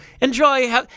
enjoy